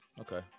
Okay